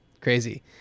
Crazy